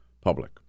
public